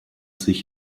sich